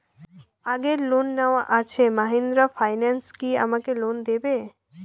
আগের লোন নেওয়া আছে মাহিন্দ্রা ফাইন্যান্স কি আমাকে লোন দেবে?